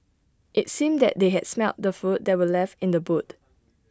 IT seemed that they had smelt the food that were left in the boot